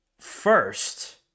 first